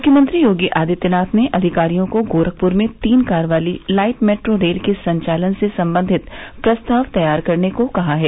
मुख्यमंत्री योगी आदित्यनाथ ने अधिकारियों को गोरखपुर में तीन कार वाली लाइट मेट्रो रेल के संचालन से संबंधित प्रस्ताव तैयार करने को कहा है